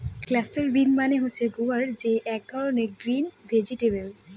cluster bean মানে হচ্ছে গুয়ার যে এক ধরনের গ্রিন ভেজিটেবল